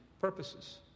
purposes